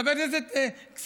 חברת הכנסת קסניה,